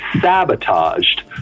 sabotaged